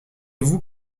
vous